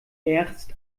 erst